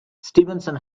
stevenson